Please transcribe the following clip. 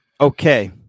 Okay